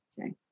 Okay